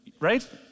right